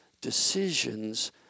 decisions